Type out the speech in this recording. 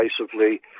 decisively